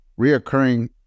reoccurring